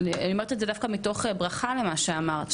אני אומרת את זה דווקא מתוך ברכה למה שאמרת,